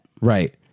Right